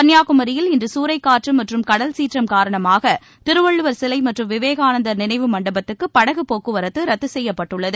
கள்ளியாகுமரியில் இன்று சூறைக்காற்று மற்றும் கடல் சீற்றம் காரணமாக திருவள்ளுவர் சிலை மற்றும் விவேகானந்தர் நினைவு மண்டபத்துக்கு படகு போக்குவரத்து ரத்து செய்யப்பட்டுள்ளது